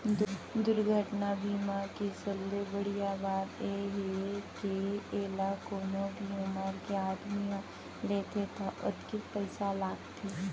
दुरघटना बीमा के सबले बड़िहा बात ए हे के एला कोनो भी उमर के आदमी ह लेथे त ओतकेच पइसा लागथे